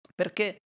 perché